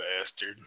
bastard